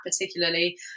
particularly